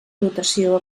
dotació